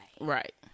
Right